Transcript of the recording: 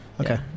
Okay